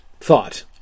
thought